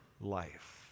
life